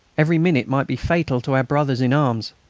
every minute might be fatal to our brothers in arms.